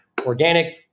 organic